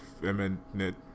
feminine